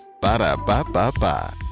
Ba-da-ba-ba-ba